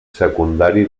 secundari